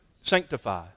Sanctify